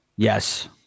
Yes